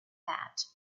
that